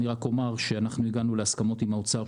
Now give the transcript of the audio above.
אני רק אומר שהגענו להסכמות עם האוצר,